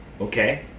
Okay